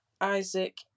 Isaac